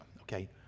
Okay